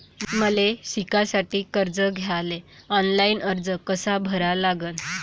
मले शिकासाठी कर्ज घ्याले ऑनलाईन अर्ज कसा भरा लागन?